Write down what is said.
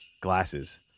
glasses